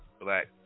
Black